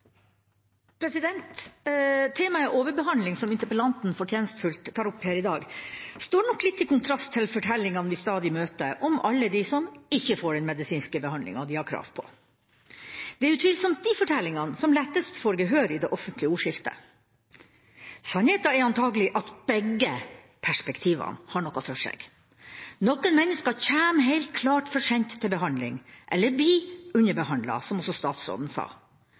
fortellingene vi stadig møter, om alle dem som ikke får den medisinske behandlinga de har krav på. Det er utvilsomt disse fortellingene som lettest får gehør i det offentlige ordskiftet. Sannheten er antagelig at begge perspektivene har noe for seg. Noen mennesker kommer helt klart for seint til behandling, eller blir underbehandlet, som også statsråden sa,